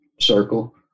circle